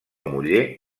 muller